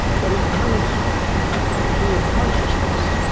but it comes to your consciousness,